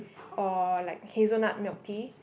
or like hazel nut milk tea